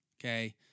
Okay